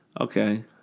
Okay